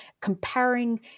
comparing